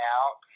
out